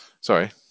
Sorry